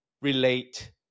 relate